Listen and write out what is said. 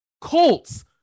Colts